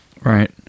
Right